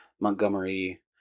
Montgomery